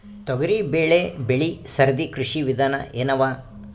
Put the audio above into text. ತೊಗರಿಬೇಳೆ ಬೆಳಿ ಸರದಿ ಕೃಷಿ ವಿಧಾನ ಎನವ?